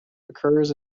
occurs